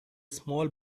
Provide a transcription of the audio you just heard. small